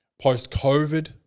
post-COVID